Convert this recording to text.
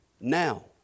now